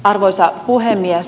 arvoisa puhemies